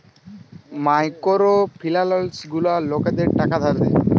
micro ফিলালস গুলা লকদের টাকা ধার দেয়